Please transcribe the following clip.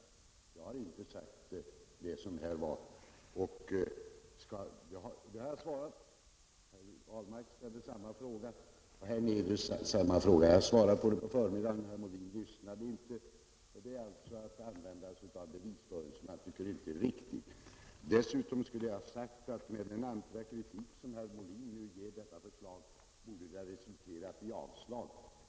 Den möjligheten har stått öppen även för andra, Herr Ahlmark och herr Hernelius ställde tidigare samma fråga som herr Molin. Jag har svarat på den på förmiddagen, men herr Molin lyssnade tydligen inte. Det gäller alltså här en bevisföring som inte är riktig. Dessutom borde med den ampra kritik som herr Molin nu ger detta förslag, resultatet ha blivit avslag.